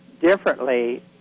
differently